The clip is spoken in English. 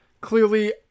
clearly